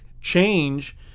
change